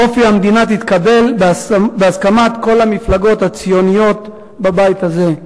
אופי המדינה תתקבל בהסכמת כל המפלגות הציוניות בבית הזה.